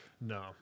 no